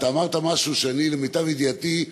אתה אמרת משהו שלמיטב ידיעתי,